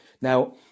now